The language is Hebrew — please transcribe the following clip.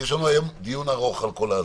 יש לנו היום דיון ארוך על כל זה.